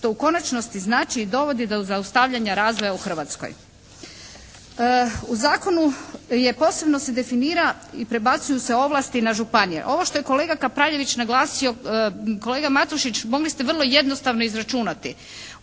što u konačnosti znači i dovodi do zaustavljanja razvoja u Hrvatskoj. U zakonu posebno se definira i prebacuju se ovlasti na županije. Ovo što je kolega Kapraljević naglasio kolega Matušić mogli ste vrlo jednostavno izračunati.